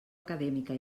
acadèmica